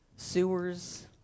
sewers